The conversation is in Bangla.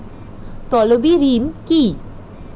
তলবি ঋণ কি?